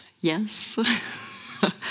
Yes